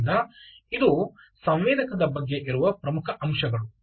ಆದ್ದರಿಂದ ಇದು ಸಂವೇದಕದ ಬಗ್ಗೆ ಇರುವ ಪ್ರಮುಖ ಅಂಶಗಳು